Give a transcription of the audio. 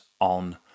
on